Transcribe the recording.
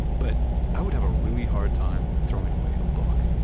but i would have a really hard time throwing away a book.